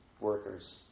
workers